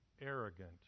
arrogant